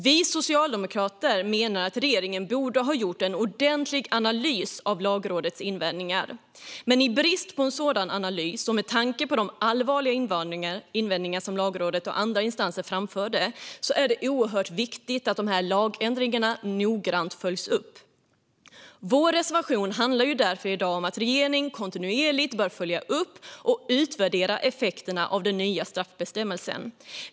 Vi socialdemokrater menar att regeringen borde ha gjort en ordentlig analys av Lagrådets invändningar. Men i brist på en sådan analys, och med tanke på de allvarliga invändningar som Lagrådet och andra instanser framförde, är det oerhört viktigt att lagändringen noggrant följs upp. Vår reservation i dag handlar därför om att regeringen kontinuerligt bör följa och utvärdera effekterna av den nya straffbestämmelsen.